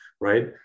right